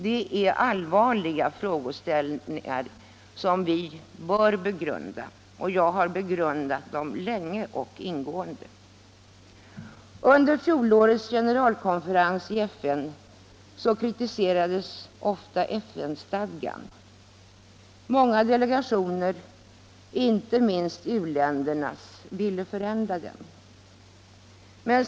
.Det är allvarliga frågeställningar som vi bör begrunda, och jag har begrundat dem länge och ingående. Under fjolårets generalkonferens i FN kritiserades ofta FN-stadgan. Många delegationer, inte minst u-ländernas, ville förändra den.